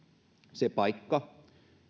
se paikka